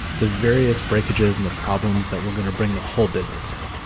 the various breakages and the problems that we're going to bring the whole business down.